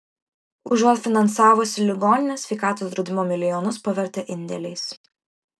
užuot finansavusi ligonines sveikatos draudimo milijonus pavertė indėliais